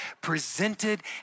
presented